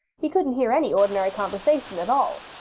he couldn't hear any ordinary conversation at all.